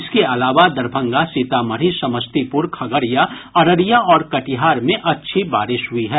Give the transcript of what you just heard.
इसके अलावा दरभंगा सीतामढ़ी समस्तीपुर खगडिया अररिया और कटिहार में अच्छी बारिश हुई है